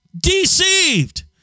Deceived